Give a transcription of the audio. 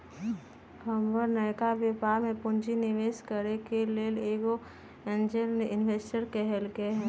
हमर नयका व्यापर में पूंजी निवेश करेके लेल एगो एंजेल इंवेस्टर कहलकै ह